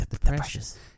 precious